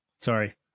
Sorry